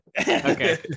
Okay